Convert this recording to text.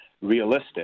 realistic